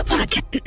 Podcast